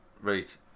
Right